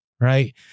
Right